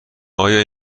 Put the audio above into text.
آیا